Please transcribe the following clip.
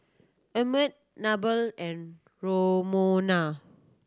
Emmett Mabel and Romona